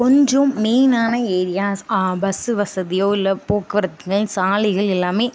கொஞ்சம் மெயினான areas bus வசதியோ இல்லை போக்குவரத்துகள் சாலைகள் எல்லாமே